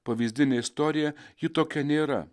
pavyzdinę istoriją ji tokia nėra